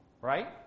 right